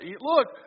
look